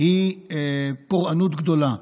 היא פורענות גדולה.